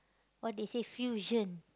what they say fusion